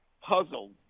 puzzled